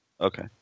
Okay